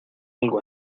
algo